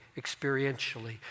experientially